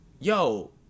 yo